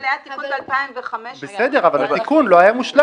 אבל היה תיקון ב --- אבל התיקון לא היה מושלם.